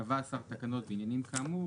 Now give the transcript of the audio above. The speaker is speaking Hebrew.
קבע השר תקנות בעניינים כאמור,